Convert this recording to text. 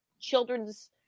children's